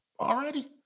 already